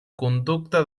conducta